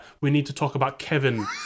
we-need-to-talk-about-Kevin